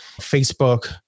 Facebook